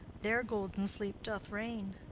there golden sleep doth reign.